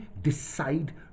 decide